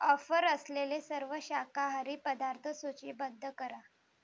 offer असलेले सर्व शाकाहारी पदार्थ सूचीबद्ध करा